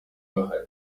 bahari